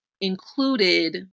included